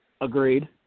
Agreed